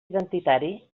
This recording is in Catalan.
identitari